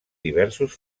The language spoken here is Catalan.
diversos